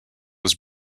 was